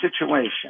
situation